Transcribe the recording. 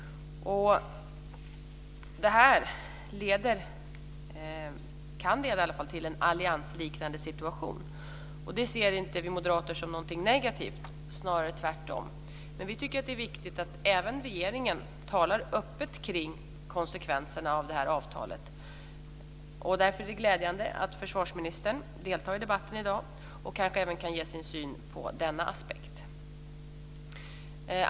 Detta kan leda till en alliansliknande situation. Det ser vi moderater inte som något negativt, snarare tvärtom. Men vi tycker att det är viktigt att även regeringen talar öppet kring konsekvenserna av detta avtal. Därför är det glädjande att försvarsministern deltar i debatten i dag och kanske även kan ge sin syn på denna aspekt.